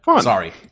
Sorry